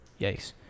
Yikes